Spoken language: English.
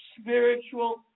spiritual